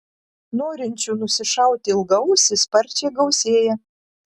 norinčių nusišauti ilgaausį sparčiai gausėja